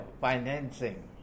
financing